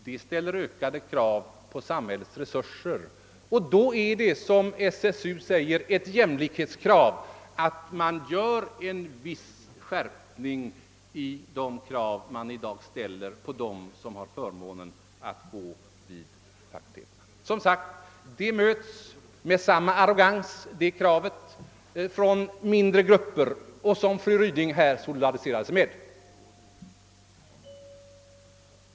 Detta ställer ökade krav på samhällets resurser och då är det, som också framhålls av SSU, ett jämlikhetskrav att det sker en viss skärpning av de krav som ställs på dem som i dag har förmånen att gå på universitet. Vi möts som sagt på den punkten med arrogans av mindre grupper med vilka fru Ryding solidariserar sig.